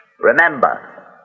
Remember